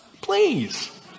please